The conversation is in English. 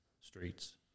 streets